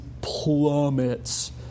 plummets